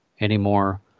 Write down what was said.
Anymore